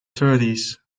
thirties